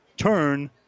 turn